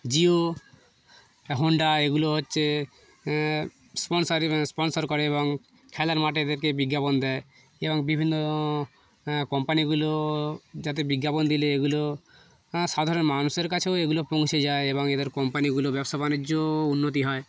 Jio Honda এগুলো হচ্ছে sponsor ইভ স্পন্সর করে এবং খেলার মাঠে এদেরকে বিজ্ঞাপন দেয় এবং বিভিন্ন কোম্পানিগুলো যাতে বিজ্ঞাপন দিলে এগুলো সাধারণ মানুষের কাছেও এগুলো পৌঁছে যায় এবং এদের কোম্পানিগুলো ব্যবসা বাণিজ্যও উন্নতি হয়